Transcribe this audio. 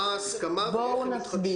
מה ההסכמה ואיך הן מתחדשות?